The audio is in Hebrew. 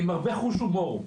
עם הרבה חוש הומור.